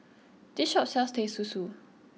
this shop sells Teh Susu